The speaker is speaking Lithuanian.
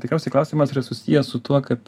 tikriausiai klausimas yra susijęs su tuo kad